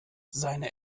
seine